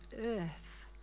earth